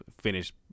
finish